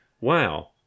wow